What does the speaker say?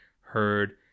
heard